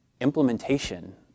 Implementation